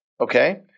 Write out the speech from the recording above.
Okay